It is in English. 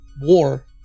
war